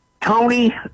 Tony